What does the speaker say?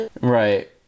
Right